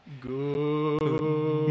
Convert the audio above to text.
Good